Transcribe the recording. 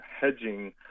hedging